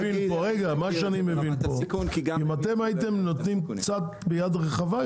מה שאני מבין פה זה שאם הייתם נותנים ביד קצת יותר רחבה,